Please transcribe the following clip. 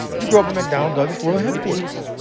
you grew up with mcdonald douglas federal headquarters.